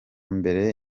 mbere